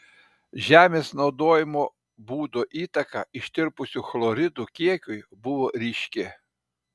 žemės naudojimo būdo įtaka ištirpusių chloridų kiekiui buvo ryški